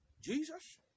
jesus